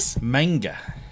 Manga